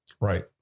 Right